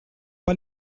pas